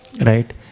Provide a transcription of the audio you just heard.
Right